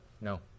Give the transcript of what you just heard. No